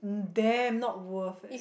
damn not worth eh